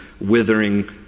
withering